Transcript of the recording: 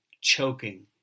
choking